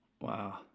Wow